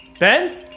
Ben